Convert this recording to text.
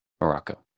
Morocco